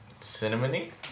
cinnamony